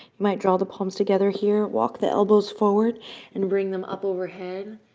might draw the palms together here. walk the elbows forward and bring them up overhead,